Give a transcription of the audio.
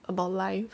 about life